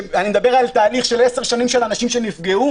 אני מדבר על תהליך של עשר שנים של אנשים שנפגעו,